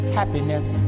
happiness